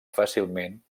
fàcilment